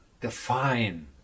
define